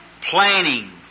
planning